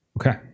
Okay